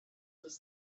was